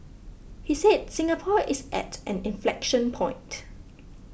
he said Singapore is at an inflection point